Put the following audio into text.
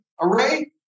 array